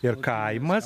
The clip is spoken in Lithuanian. ir kaimas